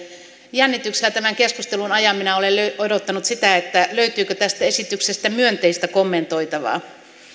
jännityksellä tämän keskustelun ajan minä olen odottanut sitä löytyykö tästä esityksestä myönteistä kommentoitavaa